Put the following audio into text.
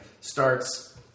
starts